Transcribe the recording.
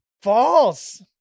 False